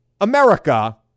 America